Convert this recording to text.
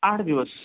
आठ दिवस